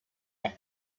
had